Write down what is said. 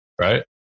right